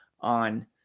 on